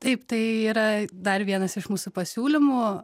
taip tai yra dar vienas iš mūsų pasiūlymų